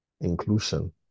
Inclusion